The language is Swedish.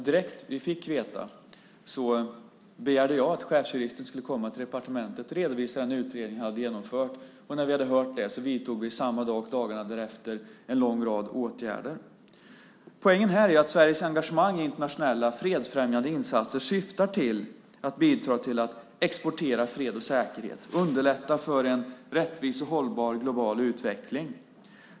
Direkt när vi fick veta begärde jag att chefsjuristen skulle komma till departementet och redovisa den utredning han hade genomfört. När vi hade hört den vidtog vi samma dag och dagarna därefter en lång rad åtgärder. Poängen här är att Sveriges engagemang i internationella fredsfrämjande insatser syftar till att bidra till att exportera fred och säkerhet samt underlätta för en rättvis och hållbar global utveckling.